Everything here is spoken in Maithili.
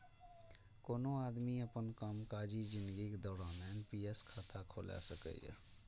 कोनो आदमी अपन कामकाजी जिनगीक दौरान एन.पी.एस खाता खोला सकैए